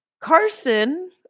Carson